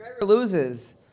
loses